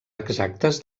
exactes